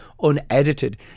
unedited